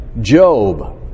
Job